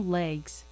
legs